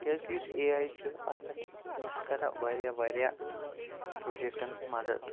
کیازکہِ یُس اے آے چھُ اتھ پیٹھ یہِ چھُ کَران واریاہ واریاہ پروجَکٹَن مَدَد